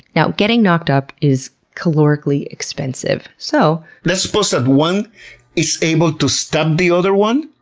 now, getting knocked up is calorically expensive, so, let's suppose that one is able to stab the other one,